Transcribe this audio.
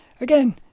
Again